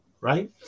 right